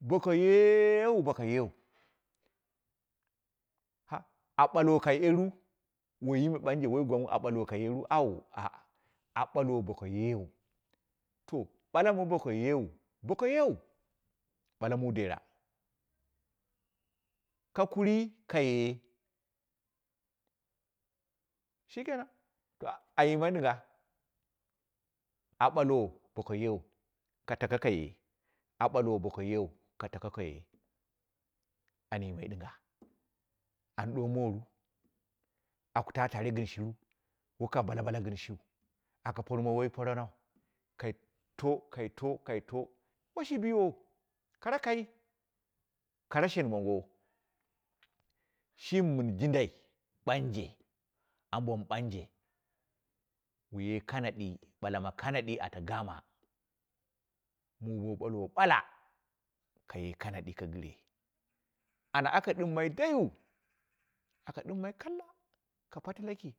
boka yeu bika yeu, ha a balwo kab bɨyeru waime wai gwang wu a balwa kab ɓiye ra auwo a- a a balwo boka yeu, to balama bokayeu, bokayeu, bale muu dera, ka kai kaye, shikenan, sha anyimai dinga, a ɓalwo bokayeu ka tako kaye, a balwo bokayeu ka tako kaye, an yimai dinga an ɗommawu ru, akutu tare gɨn shi ru, waka bala bala gɨn shiu aka porma, wai poranau, ka to kaito, kaito, woshi bii wou karakai kara shen mango, shimi min jindai bauje ambo mɨ banje, kuye kanadi bulama kanaɗi ata gaama, uu bo bulwo bala kaye kanadi ka gɨre ana aka ɗimmai dai wu aka dimmai kalla ka pate laki.